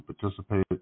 participated